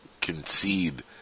concede